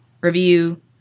review